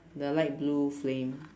the light blue flame